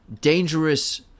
dangerous